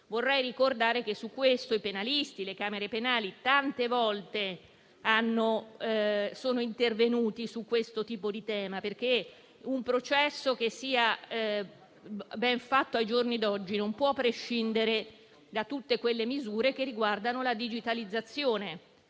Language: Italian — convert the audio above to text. Vorrei ricordare che i penalisti e le camere penali tante volte sono intervenuti su questo tema, perché un processo che sia ben fatto, ai giorni d'oggi non può prescindere da tutte quelle misure che riguardano la digitalizzazione,